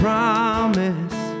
promise